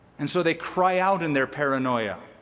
and so they cry out in their paranoia,